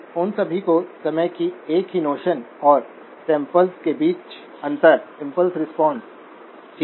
उन सभी को समय की एक ही नोशन और सैम्पल्स के बीच अंतर इम्पल्स रिस्पांस ठीक है